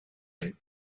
things